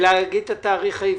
להגיד גם את התאריך העברי.